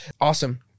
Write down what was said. Awesome